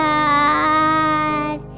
God